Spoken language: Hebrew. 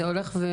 זה הולך ומתעצם?